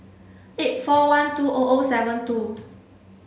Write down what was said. eight four one two O O seven two